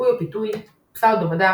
ריפוי או פיתוי פסאודו-מדע